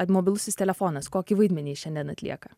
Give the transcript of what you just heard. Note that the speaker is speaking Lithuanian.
mobilusis telefonas kokį vaidmenį jis šiandien atlieka